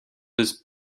this